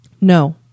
No